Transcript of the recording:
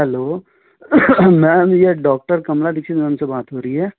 hello ma'am यह doctor Kamala Dixit ma'am से बात हो रही है